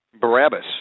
Barabbas